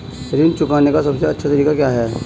ऋण चुकाने का सबसे अच्छा तरीका क्या है?